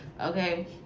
Okay